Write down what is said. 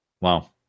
Wow